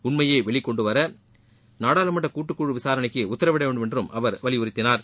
உண்மையை வெளிகொண்டுவர நாடாளுமன்ற கூட்டுக்குழு விசாரணைக்கு உத்தரவிடவேண்டும் என்றும் அவர் வலியுறுத்தினார்